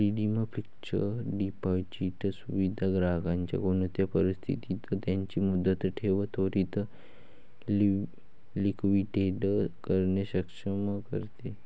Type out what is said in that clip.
redeemed fixed deposit सुविधा ग्राहकांना कोणते परिस्थितीत त्यांची मुदत ठेव त्वरीत लिक्विडेट करणे सक्षम करते